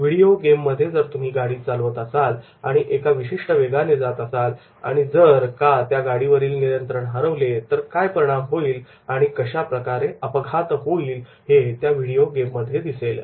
video गेममध्ये जर तुम्ही गाडी चालवत असाल आणि एका विशिष्ट वेगाने जात असाल आणि जर त्या गाडीवरील नियंत्रण हरवले तर काय होईल आणि कशाप्रकारे अपघात होईल हे त्या व्हिडिओ गेममध्ये दिसेल